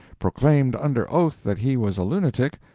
proclaimed under oath that he was a lunatic,